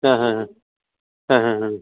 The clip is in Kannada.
ಹಾಂ ಹಾಂ ಹಾಂ ಹಾಂ ಹಾಂ ಹಾಂ